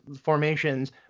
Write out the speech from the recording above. formations